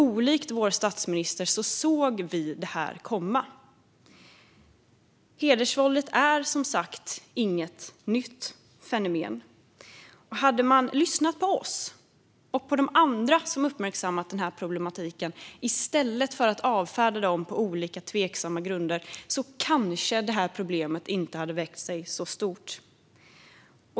Olikt vår statsminister såg vi det här komma. Hedersvåldet är som sagt inget nytt fenomen. Hade man lyssnat på oss och på de andra som uppmärksammat problematiken i stället för att avfärda oss på olika tveksamma grunder kanske problemet inte hade växt sig så stort.